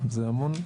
זה המון.